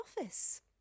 office